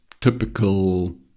typical